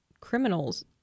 criminals